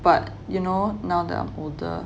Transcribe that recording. but you know now that I'm older